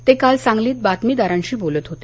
ते काल सांगलीत बातमीदारांशी बोलत होते